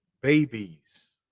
babies